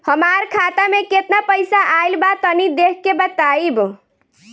हमार खाता मे केतना पईसा आइल बा तनि देख के बतईब?